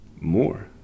more